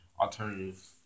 alternative